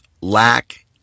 lack